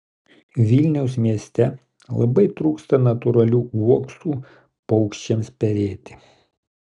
vilniaus mieste labai trūksta natūralių uoksų paukščiams perėti